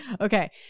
Okay